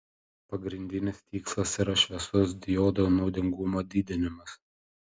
pagrindinis tikslas yra šviesos diodo naudingumo didinimas